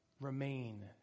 remain